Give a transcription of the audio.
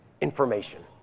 information